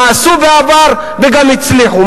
נעשו בעבר וגם הצליחו.